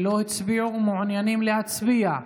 שלא הצביעו ומעוניינים להצביע?